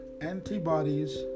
antibodies